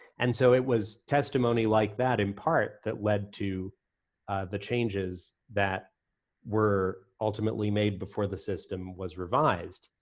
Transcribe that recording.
and so it was testimony like that, in part, that led to the changes that were ultimately made before the system was revised.